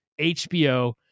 HBO